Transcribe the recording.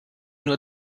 nur